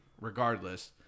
regardless